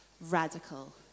radical